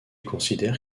considère